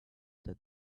that